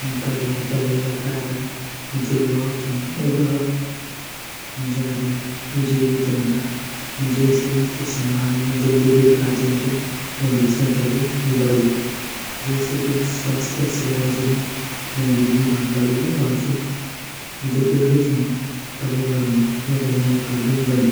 बढ़िया दवे ग करण जू ल्वोग छीन उ अब ज़्यादा जीवित रौंदा जैसे जू समाज म जू बुजुर्ग आदिम छीन ऊँगी संख्या भी बड़ी ये से जू स्वस्त्य सेवा छीन ऊँगी भी माँग बड़ी और जू बुजुर्ग छीन परिवारों म ऊँगू महत्व भी बड़ी।